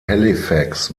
halifax